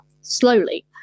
slowly